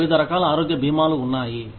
మాకు వివిధ రకాల ఆరోగ్య భీమాలు ఉన్నాయి